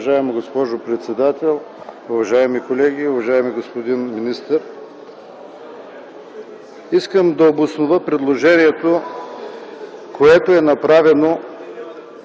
уважаема госпожо председател. Уважаеми колеги, уважаеми господин министър! Искам да обоснова предложението, което е направено